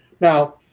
now